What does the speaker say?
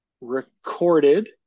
recorded